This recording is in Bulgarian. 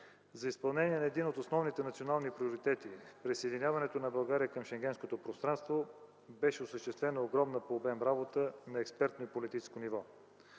за изпълнение на един от основните национални приоритети – присъединяването на България към Шенгенското пространство, беше осъществена огромна по обем работа на експертно и политическо ниво.